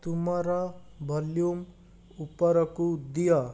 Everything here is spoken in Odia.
ତୁମର ଭଲ୍ୟୁମ୍ ଉପରକୁ ଦିଅ